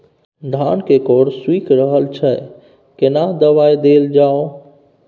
धान के कॉर सुइख रहल छैय केना दवाई देल जाऊ?